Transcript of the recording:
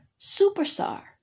superstar